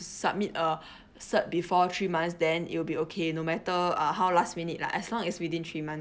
submit a cert before three months then it will be okay no matter uh how last minute lah as long is within three month